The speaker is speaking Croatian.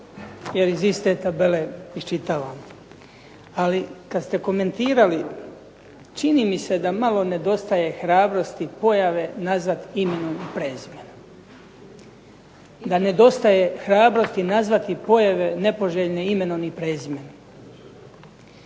jer iz iste tabele iščitavam. Ali kad ste komentirali čini mi se da malo nedostaje hrabrosti i pojave nazad imenom i prezimenom. Da nedostaje hrabrosti nazvati pojave nepoželjne imenom i prezimenom.